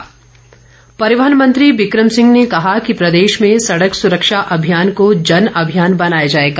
become Singh परिवहन मंत्री बिकम सिंह ने कहा कि प्रदेश में सड़क सुरक्षा अभियान को जनअभियान बनाया जाएगा